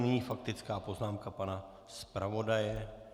Nyní faktická poznámka pana zpravodaje.